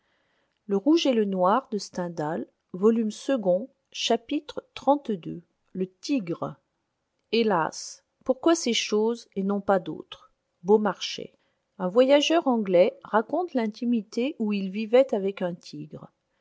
chapitre xxxii le tigre hélas pourquoi ces choses et non pas d'autres beaumarchais un voyageur anglais raconte l'intimité où il vivait avec un tigre